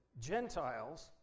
Gentiles